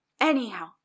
Anyhow